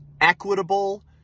equitable